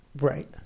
Right